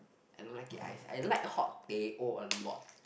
I don't like it iced I like hot teh O a lot